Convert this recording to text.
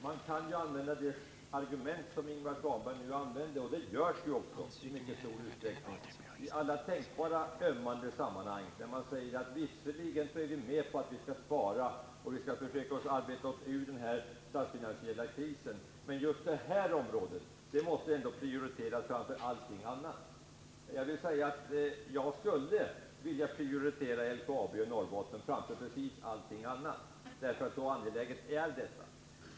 Man kan anföra det argument som Ingvar Svanberg använder, och det görs ju också i stor utsträckning i alla tänkbara ömmande sammanhang. Man säger: Visserligen är vi med på att vi skall spara och att vi skall försöka arbeta oss ur den här statsfinansiella krisen, men just det här området måste ändå prioriteras framför allting annat. Jag skulle vilja prioritera LKAB och Norrbotten framför precis allting annat — så angeläget är detta.